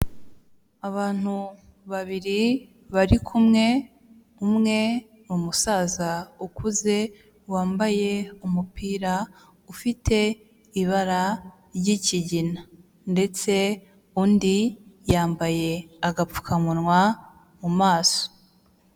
Abantu babiri bari kumwe umwe ni umusaza ukuze wambaye umupira ufite ibara ry'ikigina ndetse undi yambaye agapfukamunwa mu maso.